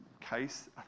case